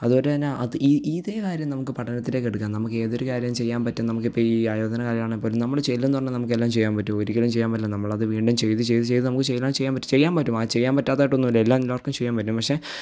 അതുപോരതന്നെ അത് ഇ ഇതേ കാര്യം നമുക്ക് പഠനത്തിലേക്കെടുക്കാം നമുക്കേതൊരു കാര്യം ചെയ്യാന് പറ്റും നമുക്കിപ്പോള് ഈ ആയോധനകലയാണെപ്പോലും നമ്മള് ചെല്ലുന്ന ഉടനേ നമുക്കെല്ലാം ചെയ്യാന് പറ്റുമോ ഒരിക്കലും ചെയ്യാന് പറ്റില്ല നമ്മളത് വീണ്ടും ചെയ്ത്ചെയ്ത്ചെയ്ത് നമുക്ക് ശീലമായി ചെയ്യാന് പറ്റും ചെയ്യാന് പറ്റും ആ ചെയ്യാന് പറ്റാത്തതായിട്ടൊന്നുമില്ല എല്ലാം എല്ലാര്ക്കും ചെയ്യാന് പറ്റും പക്ഷെ